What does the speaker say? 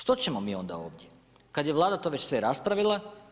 Što ćemo mi onda ovdje kada je Vlada to već sve raspravila?